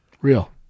Real